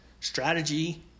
Strategy